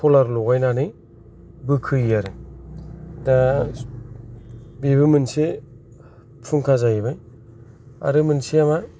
सलार लगायनानै बोखोयो आरो दा बिबो मोनसे फुंखा जाहैबाय आरो मोनसेया मा